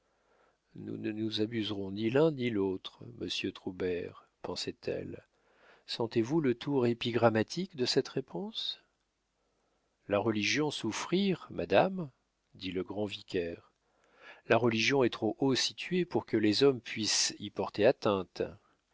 nous ne nous abuserons ni l'un ni l'autre monsieur troubert pensait-elle sentez-vous le tour épigrammatique de cette réponse la religion souffrir madame dit le grand vicaire la religion est trop haut située pour que les hommes puissent y porter atteinte